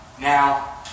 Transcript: Now